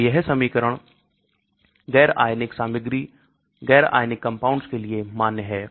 तो यह समीकरण गैर आयनिक सामग्री गैर आयनिक कंपाउंड्स के लिए मान्य है